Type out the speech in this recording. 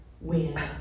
win